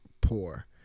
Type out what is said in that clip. poor